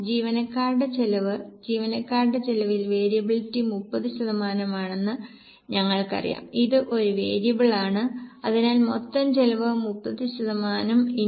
ജീവനക്കാരുടെ ചെലവ് ജീവനക്കാരുടെ ചെലവിൽ വേരിയബിലിറ്റി 30 ശതമാനമാണെന്ന് ഞങ്ങൾക്കറിയാം ഇത് ഒരു വേരിയബിളാണ് അതിനാൽ മൊത്തം ചെലവ് 30 x 1